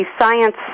science